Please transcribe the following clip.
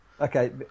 Okay